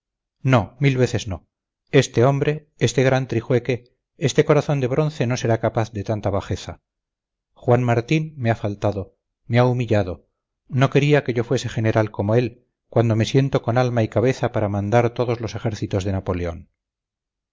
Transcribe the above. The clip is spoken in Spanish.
no mil veces no este hombre este gran trijueque este corazón de bronce no será capaz de tanta bajeza juan martín me ha faltado me ha humillado no quería que yo fuese general como él cuando me siento con alma y cabeza para mandar todos los ejércitos de napoleón